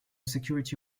security